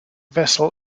vessel